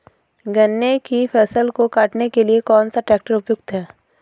गन्ने की फसल को काटने के लिए कौन सा ट्रैक्टर उपयुक्त है?